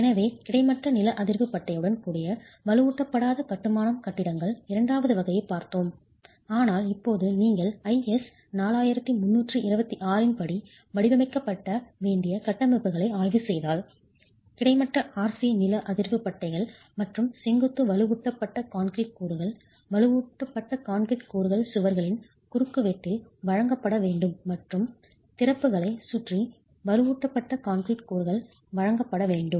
எனவே கிடைமட்ட நில அதிர்வு பட்டையுடன் கூடிய வலுவூட்டப்படாத கட்டுமானம் கட்டிடங்கள் இரண்டாவது வகையைப் பார்த்தோம் ஆனால் இப்போது நீங்கள் IS 4326 இன் படி வடிவமைக்கப்பட வேண்டிய கட்டமைப்புகளை ஆய்வு செய்தால் கிடைமட்ட RC நில அதிர்வு பட்டைகள் மற்றும் செங்குத்து வலுவூட்டப்பட்ட கான்கிரீட் கூறுகள் வலுவூட்டப்பட்ட கான்கிரீட் கூறுகள் சுவர்களின் குறுக்குவெட்டில் வழங்கப்பட வேண்டும் மற்றும் திறப்புகளைச் சுற்றி வலுவூட்டப்பட்ட கான்கிரீட் கூறுகள் வழங்கப்பட வேண்டும்